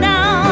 Now